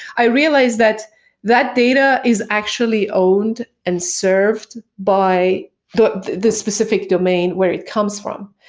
i realize that that data is actually owned and served by but the specific domain where it comes from.